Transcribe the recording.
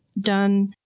done